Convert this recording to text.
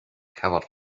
covered